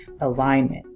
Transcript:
alignment